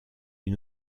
une